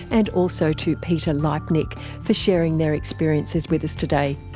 and also to peter leipnik for sharing their experiences with us today.